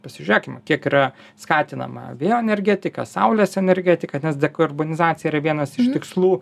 pasižiūrėkime kiek yra skatinama vėjo energetika saulės energetika nes dekarbonizacija yra vienas iš tikslų